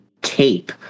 cape